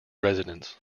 residents